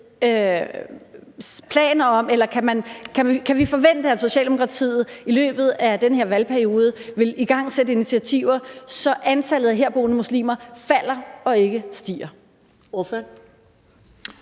kan forvente, at regeringen og Socialdemokratiet i løbet af den her valgperiode vil igangsætte initiativer, så antallet af herboende muslimer falder og ikke stiger.